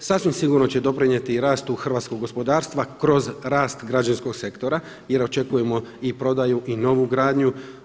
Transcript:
Sasvim sigurno će doprinijeti i rastu hrvatskog gospodarstva kroz rast građanskog sektora jer očekujemo i prodaju i novu gradnju.